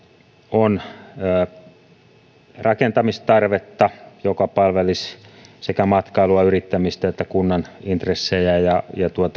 on tarvetta rakentamiseen joka palvelisi sekä matkailua yrittämistä että kunnan intressejä ja